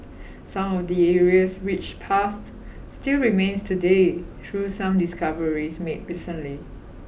some of the area's rich past still remains today through some discoveries made recently